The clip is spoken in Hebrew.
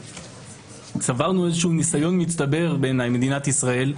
צברנו איזשהו ניסיון מצטבר במדינת ישראל,